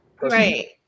Right